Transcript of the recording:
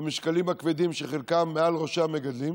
במשקלים הכבדים, שחלקם מעל ראשי המגדלים,